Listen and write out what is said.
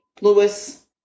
Lewis